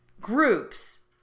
groups